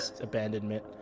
abandonment